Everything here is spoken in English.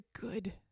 good